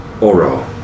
Oro